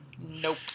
Nope